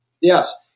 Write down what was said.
Yes